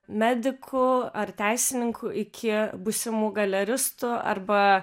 medikų ar teisininkų iki būsimų galeristų arba